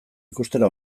ikustera